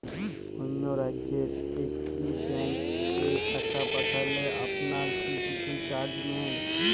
অন্য রাজ্যের একি ব্যাংক এ টাকা পাঠালে আপনারা কী কিছু চার্জ নেন?